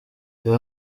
reba